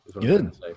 Good